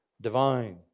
divine